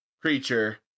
creature